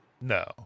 No